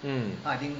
mm